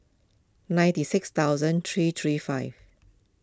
ninety six thousand three three five